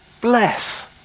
bless